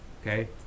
Okay